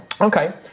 Okay